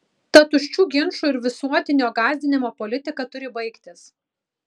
ta tuščių ginčų ir visuotinio gąsdinimo politika turi baigtis